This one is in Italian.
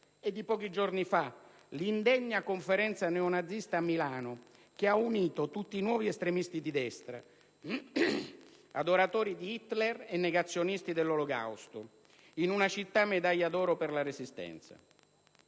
È di pochi giorni fa l'indegna conferenza neonazista a Milano, che ha unito tutti i nuovi estremisti di destra, adoratori di Hitler e negazionisti dell'Olocausto, in una città medaglia d'oro della Resistenza.